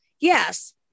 yes